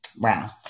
Wow